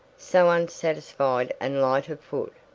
so unsatisfied and light of foot.